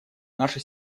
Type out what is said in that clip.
наше